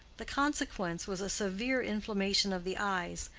the consequence was a severe inflammation of the eyes,